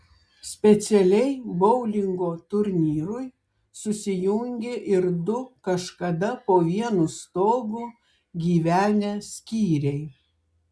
specialiai boulingo turnyrui susijungė ir du kažkada po vienu stogu gyvenę skyriai